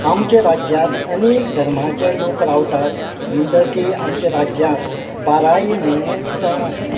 आमचे राज्यांत अनेक धर्माचे लोक रावतात म्हणटकी आमच्या राज्यांत बाराय म्हयने सण आसतात